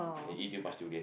eat too much durian